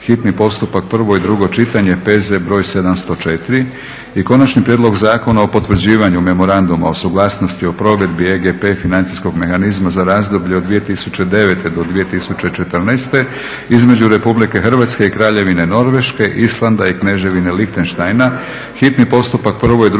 hitni postupak, prvo i drugo čitanje, P.Z. br. 704; - Konačni prijedlog Zakona o potvrđivanju Memoranduma o suglasnosti o provedbi EGP financijskog mehanizma za razdoblje od 2009. do 2014. između Republike Hrvatske i Kraljevine Norveške, Islanda i Kneževine Lihtenštajna, hitni postupak, prvo i drugo čitanje, P.Z. br. 703;